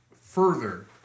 further